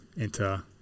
enter